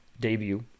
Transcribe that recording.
debut